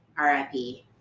RFP